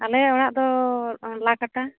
ᱟᱞᱮᱭᱟᱜ ᱚᱲᱟᱜ ᱫᱚ ᱞᱟ ᱠᱟᱴᱟ